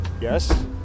Yes